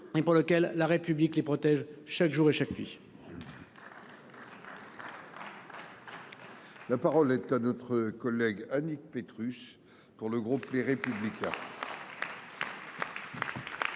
ont peur : la République les protège chaque jour et chaque nuit. La parole est à Mme Annick Petrus, pour le groupe Les Républicains.